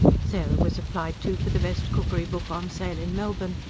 sarah was applied to for the best cookery-book on sale in melbourne,